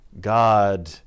God